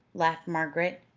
laughed margaret.